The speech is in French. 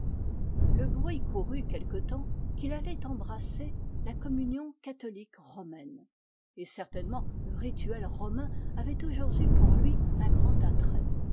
le bruit courut quelque temps qu'il allait embrasser la communion catholique romaine et certainement le rituel romain avait toujours eu pour lui un grand attrait